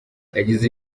yagize